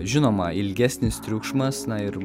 žinoma ilgesnis triukšmas na ir